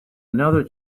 another